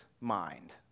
mind